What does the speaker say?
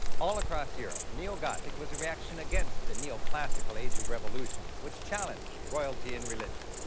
all across europe neo-gothic was a reaction against the neo-classical age of revolution, which challenged royalty and religion.